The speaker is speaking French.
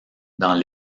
dans